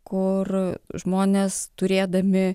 kur žmonės turėdami